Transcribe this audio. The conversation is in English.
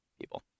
people